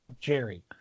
Jerry